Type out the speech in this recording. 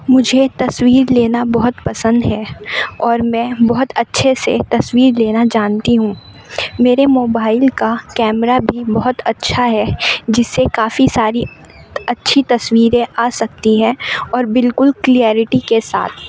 مجھے تصویر لینا بہت پسند ہے اور میں بہت اچھے سے تصویر لینا جانتی ہوں میرے موبائل کا کیمرہ بھی بہت اچھا ہے جس سے کافی ساری اچھی تصویریں آ سکتی ہیں اور بالکل کلیئرٹی کے ساتھ